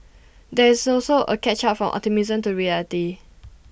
there is also A catch up from optimism to reality